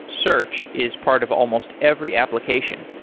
search is part of almost every application.